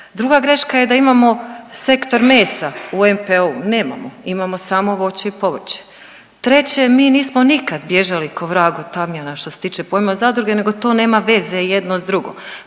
Druga greška je da imamo sektor mesa u NPO-u. Nemamo, imamo samo voće i povrće. Treće, mi nismo nikad bježali ko vrag od tamjana što se tiče pojma zadruge nego to nema veze jedno s drugim.